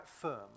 firm